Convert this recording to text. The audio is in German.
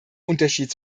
unterschied